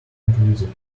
inclusive